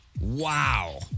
Wow